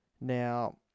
Now